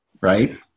right